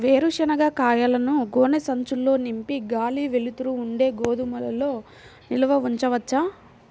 వేరుశనగ కాయలను గోనె సంచుల్లో నింపి గాలి, వెలుతురు ఉండే గోదాముల్లో నిల్వ ఉంచవచ్చా?